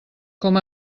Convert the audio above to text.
com